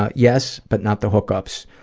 ah yes, but not the hook-ups,